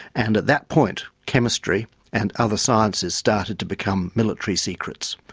and at that point, chemistry and other sciences, started to become military secrets.